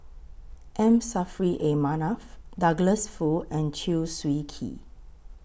M Saffri A Manaf Douglas Foo and Chew Swee Kee